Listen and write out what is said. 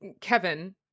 Kevin